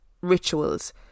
rituals